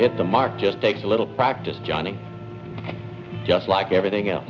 hit the mark just takes a little practice johnny just like everything else